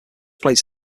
plates